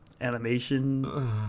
animation